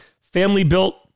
family-built